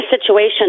situation